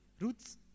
Roots